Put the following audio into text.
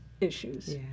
issues